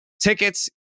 Tickets